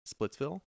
Splitsville